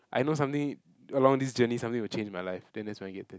I know something along this journey something will change in my life then that's when I get a tattoo